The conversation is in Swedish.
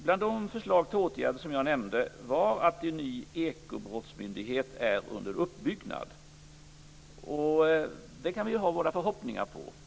Till de förslag till åtgärder som jag nämnde hör att en ny ekobrottsmyndighet är under uppbyggnad. Den kan vi ha våra förhoppningar på.